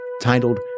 titled